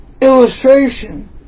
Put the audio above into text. illustration